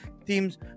teams